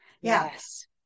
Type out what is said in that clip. yes